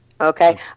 Okay